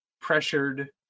pressured